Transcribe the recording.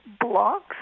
blocks